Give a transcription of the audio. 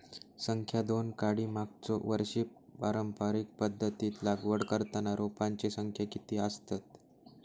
संख्या दोन काडी मागचो वर्षी पारंपरिक पध्दतीत लागवड करताना रोपांची संख्या किती आसतत?